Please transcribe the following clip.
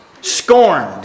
scorned